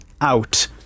out